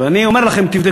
ואני אומר לכם,